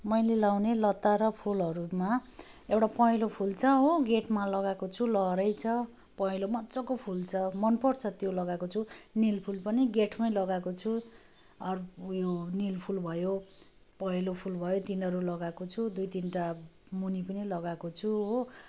मैले लगाउने लता र फुलहरूमा एउटा पहेँलो फुल छ हो गेटमा लगाएको छु लहरै छ पहेँलो मजाको फुल्छ मनपर्छ त्यो लगाएको छु निल फुल पनि गेटमै लगाएको छु अर उयो निल फुल भयो पहेँलो फुल भयो तिनीहरू लगाएको छु दुई तीनवटा मुनि पनि लगाएको छु हो